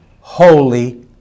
holy